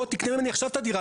בוא תקנה ממני עכשיו את הדירה,